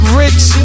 rich